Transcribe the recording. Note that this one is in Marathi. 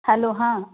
हॅलो हां